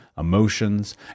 emotions